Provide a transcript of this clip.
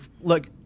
look